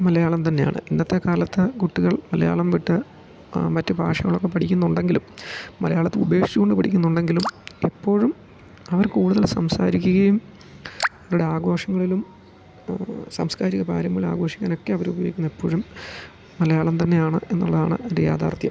മലയാളം തന്നെയാണ് ഇന്നത്തെ കാലത്ത് കുട്ടികൾ മലയാളം വിട്ട് മറ്റ് ഭാഷകളൊക്ക പഠിക്ക്ന്നുണ്ടെങ്കിലും മലയാളത്തെ ഉപേഷ് കൊണ്ട് പഠിക്ക്ന്നുണ്ടെങ്കിലും എപ്പോഴും അവർ കൂട്തല് സംസാരിക്ക്കയും അവര്ടെ ആഘോഷങ്ങളിലും സാംസ്കാരിക പാരങ്ങളാഘോഷിക്കാനൊക്കെ അവര് ഉപയോഗിക്ക്ന്നെപ്പോഴും മലയാളം തന്നെയാണ് എന്നുള്ളതാണ് അതിൻ്റെ യാഥാർത്ഥ്യം